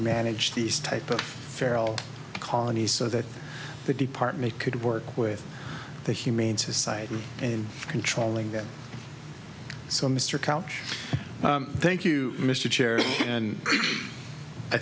manage these type of feral colonies so that the department could work with the humane society in controlling that so mr couch thank you mr chair and i